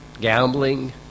gambling